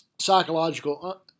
psychological